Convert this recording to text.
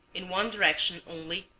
in one direction only,